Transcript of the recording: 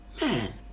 Man